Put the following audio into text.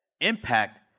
impact